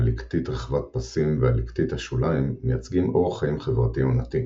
הליקטית רחבת-פסים והליקטית השוליים מייצגים אורח חיים חברתי עונתי,